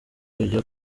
ijya